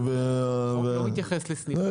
זה לא מתייחס לסניף.